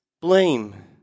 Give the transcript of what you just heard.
Blame